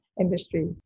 industry